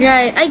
Right